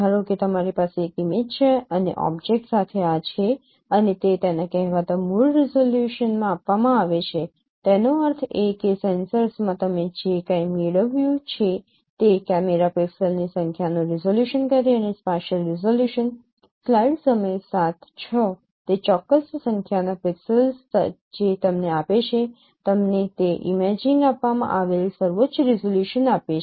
ધારો કે તમારી પાસે એક ઇમેજ છે અને ઓબ્જેક્ટ સાથે આ છે અને તે તેના કહેવાતા મૂળ રિઝોલ્યુશનમાં આપવામાં આવે છે તેનો અર્થ એ કે સેન્સરમાં તમે જે કાંઈ મેળવ્યું છે તે કેમેરા પિક્સેલ્સની સંખ્યાનો રિઝોલ્યુશન કરે અને સ્પાશિયલ રિઝોલ્યુશન સ્લાઇડ સમય 0706 તે ચોક્કસ સંખ્યાના પિક્સેલ્સ જે તમને આપે છે તમને તે ઇમેજિંગ આપવામાં આવેલ સર્વોચ્ચ રિઝોલ્યુશન આપે છે